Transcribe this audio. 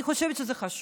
אני חושבת שזה חשוב,